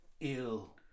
ill